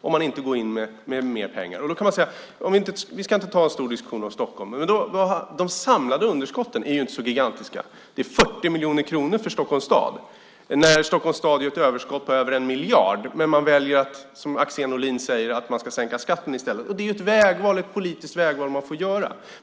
om man inte går in med mer pengar. Vi ska inte ta en stor diskussion om Stockholm, men de samlade underskotten är inte så gigantiska. De är 40 miljoner kronor för Stockholms stad som har ett överskott på över 1 miljard. Men man väljer att, som Axén Olin säger, sänka skatten i stället. Det är ett politiskt vägval man får göra.